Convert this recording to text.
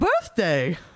birthday